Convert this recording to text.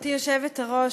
גברתי היושבת-ראש,